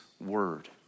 word